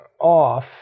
off